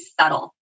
subtle